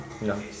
No